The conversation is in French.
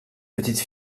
petite